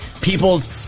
people's